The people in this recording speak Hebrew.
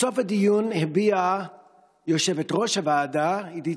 בסוף הדיון הביעה יושבת-ראש הוועדה עידית